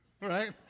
right